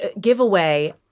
giveaway